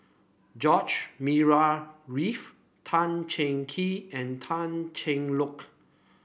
George Murray Reith Tan Cheng Kee and Tan Cheng Lock